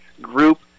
group